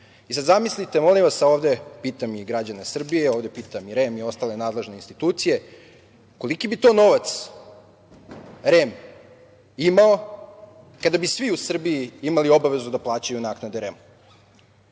sad zamislite molim vas, a ovde pitam i građane Srbije, ovde pitam i REM i ostale nadležne institucije, koliki bi to novac REM imao kada bi svi u Srbiji imali obavezu da plaćaju naknade REM-u?